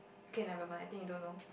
okay never mind I think you don't know